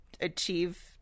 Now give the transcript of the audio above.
achieve